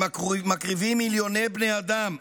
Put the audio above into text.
הם מקריבים מיליוני בני אדם,